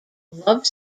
love